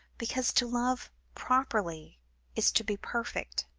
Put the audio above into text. because to love properly is to be perfect.